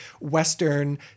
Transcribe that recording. Western